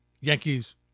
Yankees